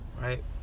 right